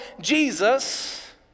Jesus